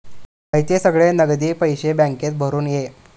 हयते सगळे नगदी पैशे बॅन्केत भरून ये